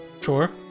Sure